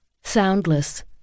Soundless